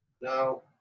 No